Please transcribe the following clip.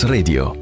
Radio